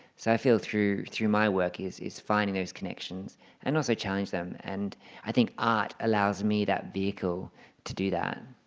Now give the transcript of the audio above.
so i feel through through my work is is finding those connections and also challenging them. and i think art allows me that vehicle to do that.